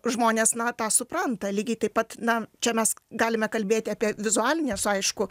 žmonės na tą supranta lygiai taip pat na čia mes galime kalbėti apie vizualinius aišku